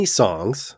songs